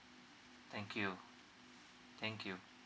thank you thank you